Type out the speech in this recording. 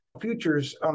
futures